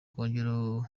kongera